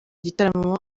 igitaramo